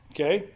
Okay